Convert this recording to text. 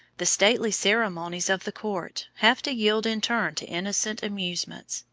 the stately ceremonies of the court have to yield in turn to innocent amusements,